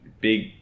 big